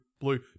blue